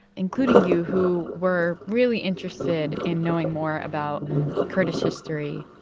including you, who were really interested in knowing more about kurdish history.